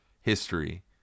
history